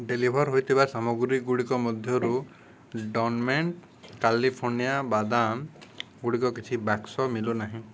deliver ହୋଇଥିବା ସାମଗ୍ରୀଗୁଡ଼ିକ ମଧ୍ୟରୁ ଡନ୍ ମେଣ୍ଟ କାଲିଫୋର୍ଣ୍ଣିଆ ବାଦାମ ଗୁଡ଼ିକ କିଛି ବାକ୍ସ ମିଳୁନାହିଁ